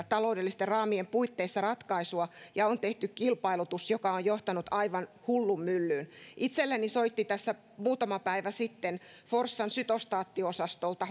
taloudellisten raamien puitteissa ratkaisua ja on tehty kilpailutus joka on johtanut aivan hullunmyllyyn itselleni soitti tässä muutama päivä sitten forssan sytostaattiosastolta